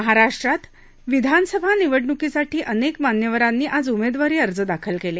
महाराष्ट्रात विधानसभा निवडणुकीसाठी अनेक मान्यवरांनी आज उमेदवारी अर्ज दाखल केले